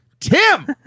Tim